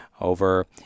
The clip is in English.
Over